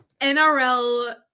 NRL